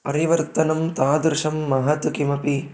परिवर्तनं तादृशं महत् किमपि